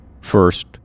First